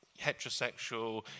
heterosexual